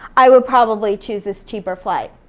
i would probably choose this cheaper flight.